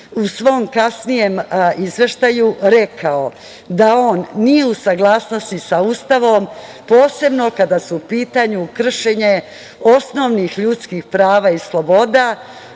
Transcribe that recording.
u svom kasnijem Izveštaju rekao da on nije u saglasnosti sa Ustavom, posebno kada su u pitanju kršenje osnovinih ljudskih prava i sloboda,